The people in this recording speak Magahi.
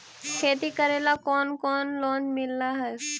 खेती करेला कौन कौन लोन मिल हइ?